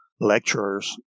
lecturers